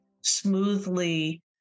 smoothly